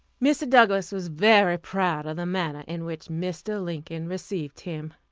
mr. douglass was very proud of the manner in which mr. lincoln received him.